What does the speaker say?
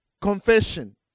confession